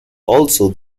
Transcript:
also